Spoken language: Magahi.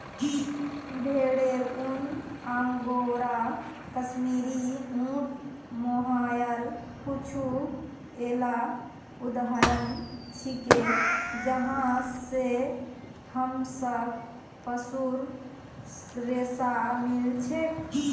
भेरेर ऊन, अंगोरा, कश्मीरी, ऊँट, मोहायर कुछू येला उदाहरण छिके जहाँ स हमसाक पशुर रेशा मिल छेक